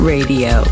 Radio